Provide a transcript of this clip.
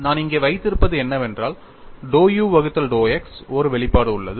நான் இங்கே வைத்திருப்பது என்னவென்றால் dou u வகுத்தல் dou x ஒரு வெளிப்பாடு உள்ளது